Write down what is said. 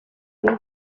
inka